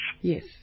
Yes